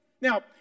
Now